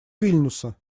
вильнюса